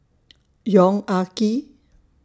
Yong Ah Kee